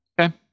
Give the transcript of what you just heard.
Okay